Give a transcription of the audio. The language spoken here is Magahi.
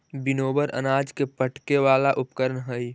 विनोवर अनाज के फटके वाला उपकरण हई